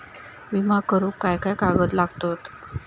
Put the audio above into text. विमा करुक काय काय कागद लागतत?